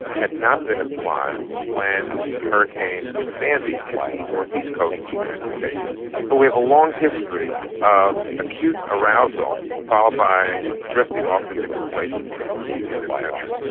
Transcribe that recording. had not been applied when hurricane sandy hit the north east coast of the united states. so we have a long history of acute arousal followed by drifting off into complacency in in this country.